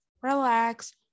relax